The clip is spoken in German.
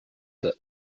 der